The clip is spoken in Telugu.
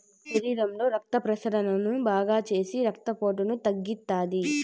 శరీరంలో రక్త ప్రసరణను బాగాచేసి రక్తపోటును తగ్గిత్తాది